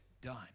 done